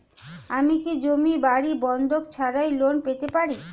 আমি কি জমি বাড়ি বন্ধক ছাড়াই লোন পেতে পারি?